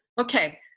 Okay